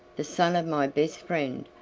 the son of my best friend.